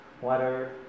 water